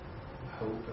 hope